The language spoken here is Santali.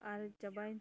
ᱟᱨ ᱪᱟᱵᱟᱭ